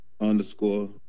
underscore